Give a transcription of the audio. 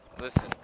Listen